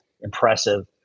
impressive